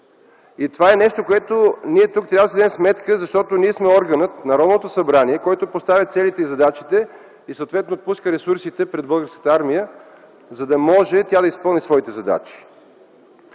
Това е нещо, за което трябва да си дадем сметка, защото ние сме органът – Народното събрание, който поставя целите и задачите и съответно пуска ресурсите пред Българската армия, за да може тя да изпълни своите задачи.